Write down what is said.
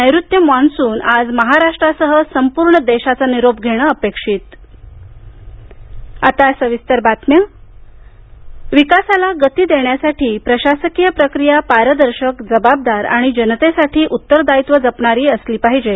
नैऋत्य मॉन्सून आज महाराष्ट्रासह संपूर्ण देशाचा निरोप घेणं अपेक्षित मोदी विकासाला गती देण्यासाठी प्रशासकीय प्रक्रिया पारदर्शक जबाबदार आणि जनतेसाठी उत्तरदायित्व जपणारी असणारी असली पाहिजे